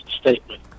statement